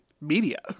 media